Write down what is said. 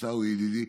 עיסאווי ידידי?